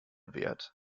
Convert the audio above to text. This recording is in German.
wert